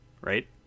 right